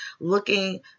looking